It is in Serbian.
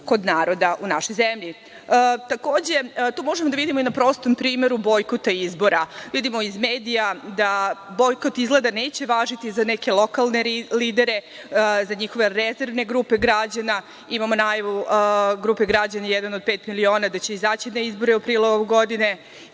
kod naroda u našoj zemlji. Takođe, to možemo da vidimo na prostom primeru bojkota izbora, vidimo iz medija da bojkot izgleda neće važiti za neke lokalne lidere, za njihove rezervne grupe građana, imamo najavu grupe građana jedan od pet miliona da će izaći na izbore u aprilu ove godine